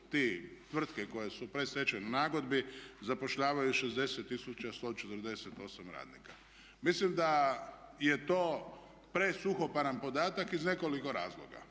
te tvrtke koje su u predstečajnoj nagodbi zapošljavaju 60 148 radnika. Mislim da je to presuhoparan podatak iz nekoliko razloga.